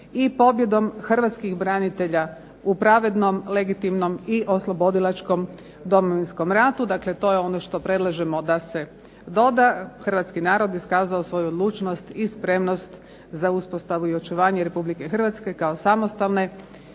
i pobjedom hrvatskih branitelja u pravednom, legitimnom i oslobodilačkom Domovinskom ratu, dakle to je ono što predlažemo da se doda hrvatski narod iskazao svoju odlučnost i spremnost za uspostavu i očuvanje Republike Hrvatske kao samostalne,